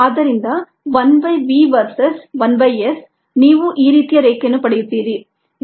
ಆದ್ದರಿಂದ 1 by v versus 1 by S ನೀವು ಈ ರೀತಿಯ ರೇಖೆಯನ್ನು ಪಡೆಯುತ್ತೀರಿ